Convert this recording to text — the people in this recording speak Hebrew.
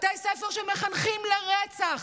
בתי ספר שמחנכים לרצח,